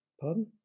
Pardon